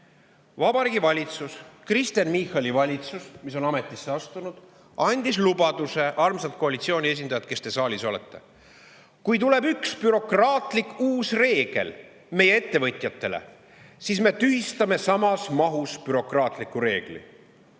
Vabariigi Valitsus, Kristen Michali valitsus, mis on ametisse astunud, andis lubaduse, armsad koalitsiooniesindajad, kes te saalis olete: kui tuleb üks uus bürokraatlik reegel meie ettevõtjatele, siis me tühistame ühe samas mahus bürokraatliku reegli.